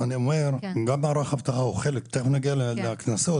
גם מערך אבטחה הוא חלק, תכף נגיע לקנסות.